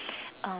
um